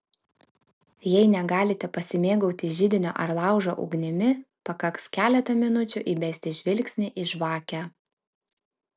jei negalite pasimėgauti židinio ar laužo ugnimi pakaks keletą minučių įbesti žvilgsnį į žvakę